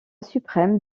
suprême